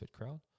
crowd